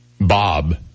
Bob